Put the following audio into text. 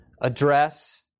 address